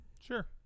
sure